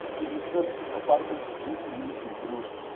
he returned to his apartment, visibly improved.